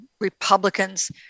Republicans